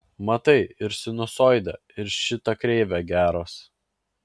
matai ir sinusoidė ir šita kreivė geros